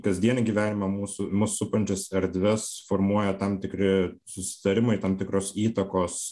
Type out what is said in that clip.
kasdienį gyvenimą mūsų mus supančias erdves formuoja tam tikri susitarimai tam tikros įtakos